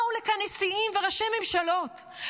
באו לכאן נשיאים וראשי ממשלות,